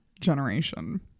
generation